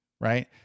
right